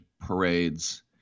parades